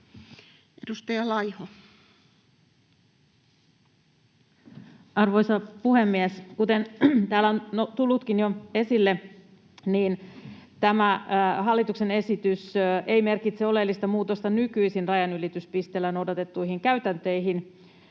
Content: Arvoisa puhemies! Kuten täällä on tullutkin jo esille, niin tämä hallituksen esitys ei merkitse oleellista muutosta nykyisin rajanylityspisteillä noudatettuihin käytänteihin,